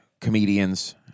comedians